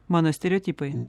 mano stereotipai